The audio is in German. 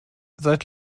seid